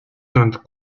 ganz